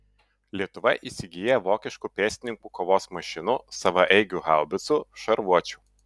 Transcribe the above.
lietuva įsigyja vokiškų pėstininkų kovos mašinų savaeigių haubicų šarvuočių